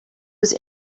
was